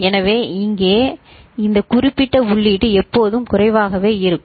எனவே இங்கே இந்த குறிப்பிட்ட உள்ளீடு எப்போதும் குறைவாகவே இருக்கும்